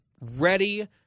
ready